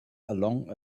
along